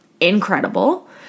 incredible